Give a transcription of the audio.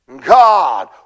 God